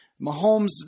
Mahomes